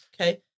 Okay